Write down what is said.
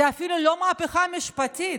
זה אפילו לא מהפכה משפטית,